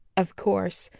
of course,